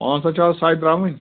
پانٛژھ ہَتھ چھےٚ حظ سٕے تراوٕنۍ